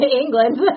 England